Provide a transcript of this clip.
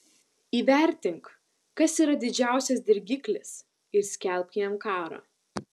įvertink kas yra didžiausias dirgiklis ir skelbk jam karą